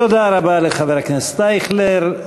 תודה רבה לחבר הכנסת אייכלר.